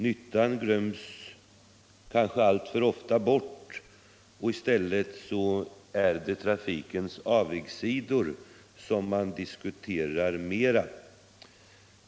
Nyttan glöms kanske alltför ofta bort, och i stället är det trafikens avigsidor som man diskuterar mera.